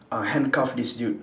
uh handcuff this dude